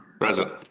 Present